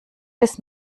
bis